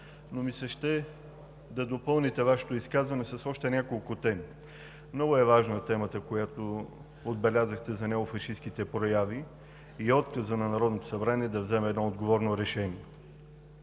но ми се ще да допълните Вашето изказване с още няколко теми. Много е важна темата, която отбелязахте – за неофашистките прояви и отказа на Народното събрание да вземе едно отговорно решение.